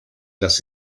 las